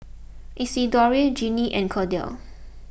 Isidore Jeannine and Cordell